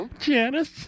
Janice